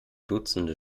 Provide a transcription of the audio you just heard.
dutzende